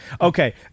Okay